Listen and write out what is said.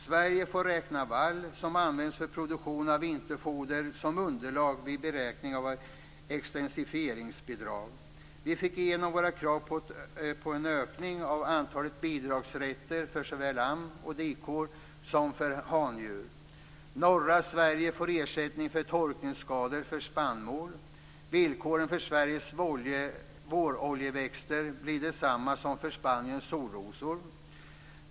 Sverige får räkna vall som används för produktion av vinterfoder som underlag vid beräkning av extensifieringsbidrag. - Vi fick igenom våra krav på en ökning av antalet bidragsrätter för såväl am och dikor som för handjur. - Norra Sverige får ersättning för torkningskostnader för spannmål. - Villkoren för Sveriges våroljeväxter blir desamma som för Spaniens solrosor.